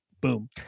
Boom